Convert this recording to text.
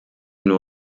nur